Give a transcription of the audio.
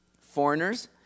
foreigners